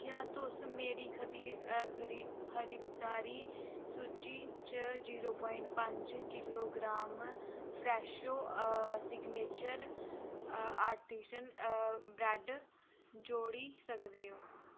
क्या तुस मेरी खरीदारी सूची च zero point kilogram Fresho signature artisan bread जोड़ी सकदे ओ